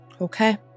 okay